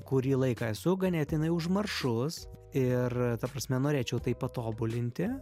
kurį laiką esu ganėtinai užmaršus ir ta prasme norėčiau tai patobulinti